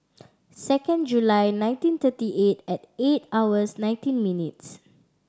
second July nineteen thirty eight at eight hours nineteen minutes